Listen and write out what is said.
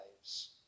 lives